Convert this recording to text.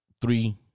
three